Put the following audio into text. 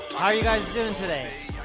ah you guys doing today?